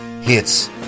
hits